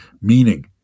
Meaning